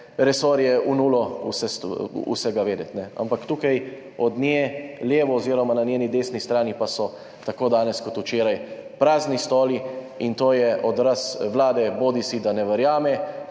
resorje v nulo vsega vedeti, ampak tukaj levo od nje oziroma na njeni desni strani pa so tako danes kot včeraj prazni stoli. To je odraz vlade, bodisi ne verjame